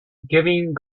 giving